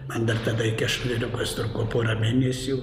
man dar tada iki aštuoniolikos trūko pora mėnesių